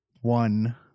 one